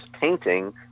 painting